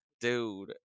Dude